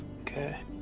Okay